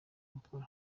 gukora